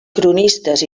cronistes